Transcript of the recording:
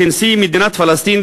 כנשיא מדינת פלסטין,